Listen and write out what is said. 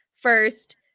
first